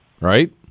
Right